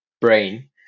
brain